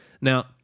Now